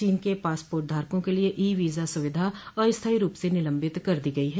चीन के पासपोर्टधारका के लिए ई वीजा सुविधा अस्थाई रूप से निलंबित कर दी गई है